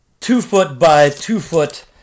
two-foot-by-two-foot